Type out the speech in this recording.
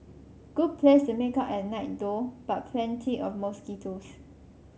good place to make out at night though but plenty of mosquitoes